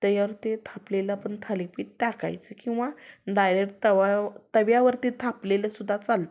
तव्यावर ते थापलेलं आपण थालीपीठ टाकायचं किंवा डायरेक्ट तवा तव्यावरती थापलेलंसुद्धा चालतं